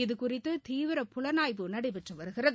இது குறித்து தீவிர புலனாய்வு நடைபெற்று வருகிறது